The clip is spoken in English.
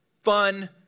fun